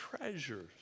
treasures